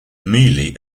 merely